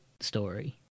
story